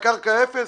גם כאלה שהקרקע אפס,